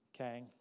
okay